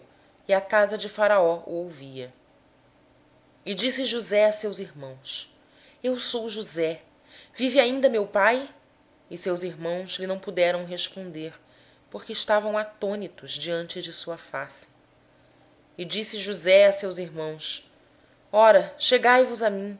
como a casa de faraó disse então josé a seus irmãos eu sou josé vive ainda meu pai e seus irmãos não lhe puderam responder pois estavam pasmados diante dele josé disse mais a seus irmãos chegai vos a mim